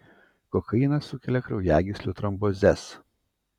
kokainas sukelia kraujagyslių trombozes